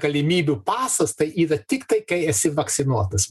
galimybių pasas tai yra tiktai kai esi vakcinuotas